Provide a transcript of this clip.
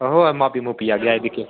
आहो मापी जाह्गे दिक्खी जाह्गे